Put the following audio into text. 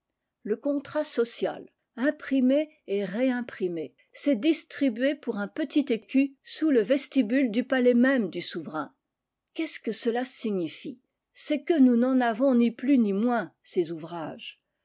le contrat social imprimé et réimprimé s'est distribué pour un petit écu sous le vestibule du palais même du souverain qu'est-ce que cela signifie c'est que nous n'en avons ni plus ni moins ces ouvrages